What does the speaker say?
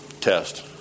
test